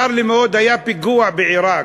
צר לי מאוד, היה פיגוע בעיראק,